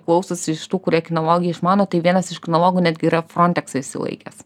klausosi iš tų kurie kinologija išmano tai vienas iš kinologų netgi yra frontexą išsilaikęs